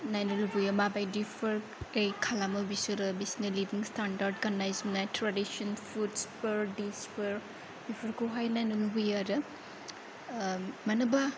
नायनो लुबैयो माबायदिफोर खालामो बिसोरो बिसोरनि लिभिं स्टेनडार्ड गाननाय जोमनाय ड्रेडिसन फुड्सफोर डिशफोर बेफोरखौहाय नायनो लुबैयो आरो मानोबा